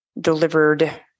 delivered